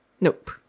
Nope